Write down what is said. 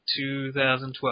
2012